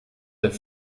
der